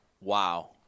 wow